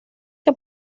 que